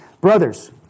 Brothers